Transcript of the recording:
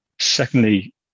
Secondly